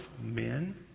men